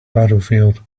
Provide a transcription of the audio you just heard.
battlefield